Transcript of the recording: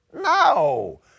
no